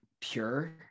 pure